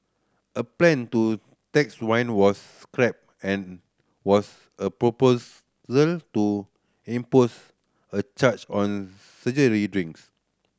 a plan to tax wine was scrapped and was a proposal to impose a charge on surgery drinks